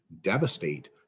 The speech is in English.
devastate